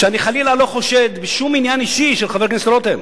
שאני חלילה לא חושד בשום עניין אישי של חבר הכנסת רותם.